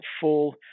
full –